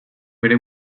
bere